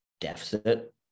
deficit